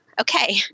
okay